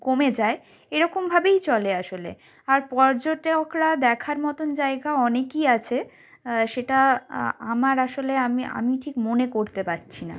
কমে যায় এরকম ভাবেই চলে আসলে আর পর্যটকরা দেখার মতন জায়গা অনেকই আছে সেটা আমার আসলে আমি আমি ঠিক মনে করতে পারছি না